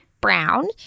Brown